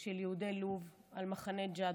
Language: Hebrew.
של יהודי לוב, על מחנה ג'אדו.